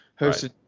hosted